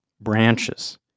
branches